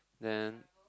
then